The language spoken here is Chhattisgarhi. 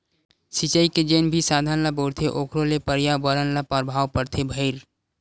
सिचई के जेन भी साधन ल बउरथे ओखरो ले परयाबरन ल परभाव परथे भईर